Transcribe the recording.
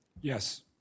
Yes